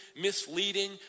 misleading